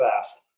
fast